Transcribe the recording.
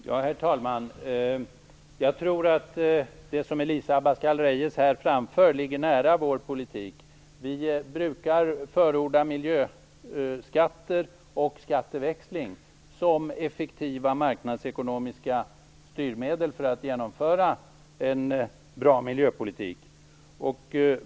Herr talman! Jag tror att det som Elisa Abascal Reyes här framför ligger nära vår politik. Vi brukar förorda miljöskatter och skatteväxling som effektiva marknadsekonomiska styrmedel för att genomföra en bra miljöpolitik.